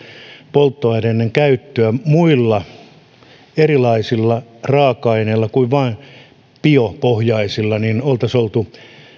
polttoaineiden käyttöä erilaisilla muilla raaka aineilla kuin vain biopohjaisilla niin oltaisiin oltu